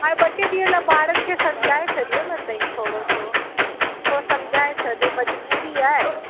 हाणे ॿ टे ॾींहंनि लाइ ॿार खे समुझाए छॾियो न तव्हीं थोरोसो थोरो समुझाए छॾियो मज़बूरी आहे